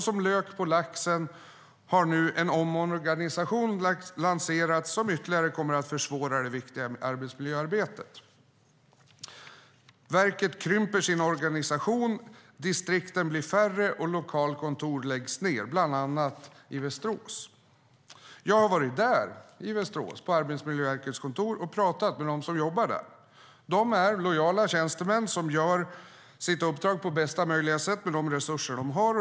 Som lök på laxen har nu en omorganisation lanserats som ytterligare kommer att försvåra det viktiga arbetsmiljöarbetet. Verket krymper sin organisation, distrikten blir färre och lokalkontor läggs ned, bland annat i Västerås. Jag har varit på Arbetsmiljöverkets kontor i Västerås och talat med dem som jobbar där. De är lojala tjänstemän som utför sitt uppdrag på bästa möjliga sätt med de resurser som de har.